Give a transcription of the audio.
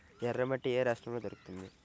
ఎర్రమట్టి ఏ రాష్ట్రంలో దొరుకుతుంది?